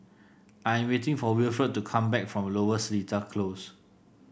I'm waiting for Wilfred to come back from Lower Seletar Close